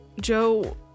Joe